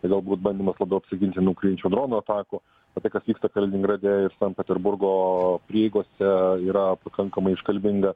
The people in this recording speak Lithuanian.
tai galbūt bandymas labiau apsiginti nuo ukrainiečių dronų atakų o tai kas vyksta kaliningrade ir sankt peterburgo prieigose yra pakankamai iškalbinga